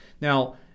now